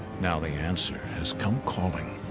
now the answer has come calling.